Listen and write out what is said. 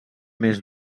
més